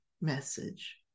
message